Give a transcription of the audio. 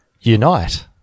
Unite